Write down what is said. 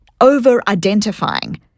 over-identifying